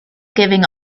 giving